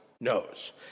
knows